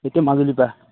এতিয়া মাজুলী পা